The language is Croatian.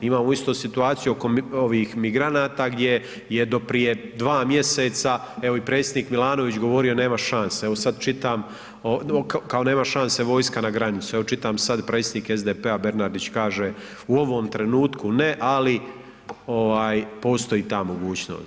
Imamo istu situaciju oko ovih migranata gdje je do prije 2 mjeseca evo i predsjednik Milanović govorio nema šanse, evo sad čitam, kao nema šanse vojska na granicu, evo čitam sad i predsjednik SDP-a Bernardić kaže u ovom trenutku ne, ali ovaj postoji ta mogućnost.